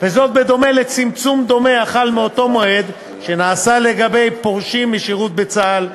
בדומה לצמצום דומה החל באותו מועד שנעשה לגבי פורשים משירות בצה"ל.